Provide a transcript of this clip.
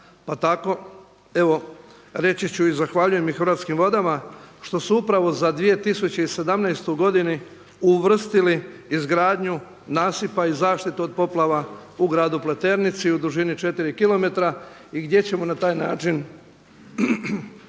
pa tako evo reći ću i zahvaljujem i Hrvatskim vodama što su upravo za 2017. godinu uvrstili izgradnju nasipa i zaštitu od poplava u Gradu Pletrenici u dužini 4 kilometra i gdje ćemo na taj način riješiti